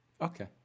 Okay